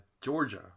Georgia